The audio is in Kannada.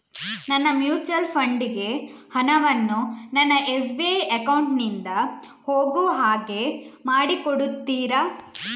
ನನ್ನ ಮ್ಯೂಚುಯಲ್ ಫಂಡ್ ಗೆ ಹಣ ವನ್ನು ನನ್ನ ಎಸ್.ಬಿ ಅಕೌಂಟ್ ನಿಂದ ಹೋಗು ಹಾಗೆ ಮಾಡಿಕೊಡುತ್ತೀರಾ?